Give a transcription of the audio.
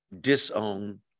disown